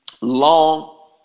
long